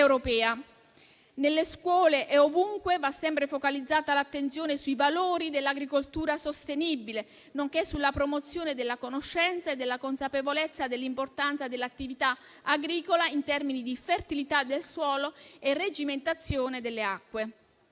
Nelle scuole e ovunque va sempre focalizzata l'attenzione sui valori dell'agricoltura sostenibile, nonché sulla promozione della conoscenza e della consapevolezza dell'importanza dell'attività agricola in termini di fertilità del suolo e regimentazione delle acque.